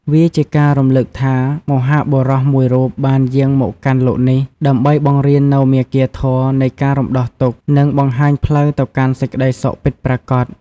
វាជាការរំលឹកថា មហាបុរសមួយរូបបានយាងមកកាន់លោកនេះ ដើម្បីបង្រៀននូវមាគ៌ាធម៌នៃការរំដោះទុក្ខ និងបង្ហាញផ្លូវទៅកាន់សេចក្ដីសុខពិតប្រាកដ។